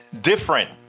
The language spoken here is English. different